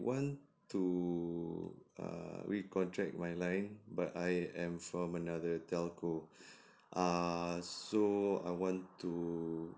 want to err recontract my line but I am from another telco err so I want to